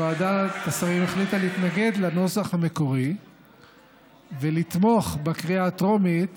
ועדת השרים החליטה להתנגד לנוסח המקורי ולתמוך בקריאה הטרומית